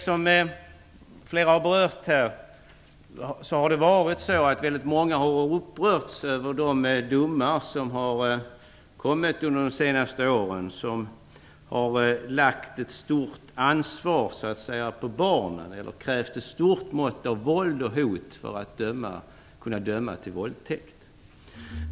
Som flera talare har påpekat har väldigt många upprörts över domar under de senaste åren i vilka ett stort ansvar har lagts på barnet och över att det har krävts ett stort mått av våld och hot för att en person skall kunna dömas för våldtäkt.